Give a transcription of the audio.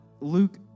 Luke